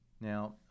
Now